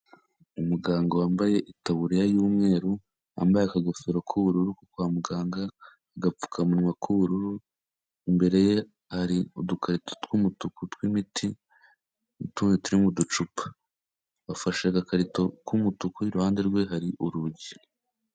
Umuganga wambaye itaburiya y'umweru, wambaye akagofero k'ubururu ko kwa muganga n'agapfukamunwa k'ubururu, imbere ye hari udukarito tw'umutuku tw'imiti n'utundi turi mu ducupa, afashe agakarito k'umutuku iruhande rwe hari urugi.